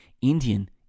Indian